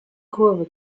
kurve